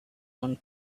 one